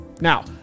Now